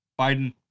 Biden